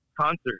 concert